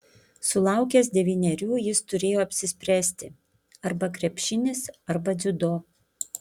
sulaukęs devynerių jis turėjo apsispręsti arba krepšinis arba dziudo